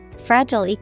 Fragile